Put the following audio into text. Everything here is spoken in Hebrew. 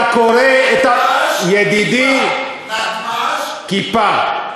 אבל עכשיו אתה קורא את, נגמ"ש, כיפה, נגמ"ש כיפה.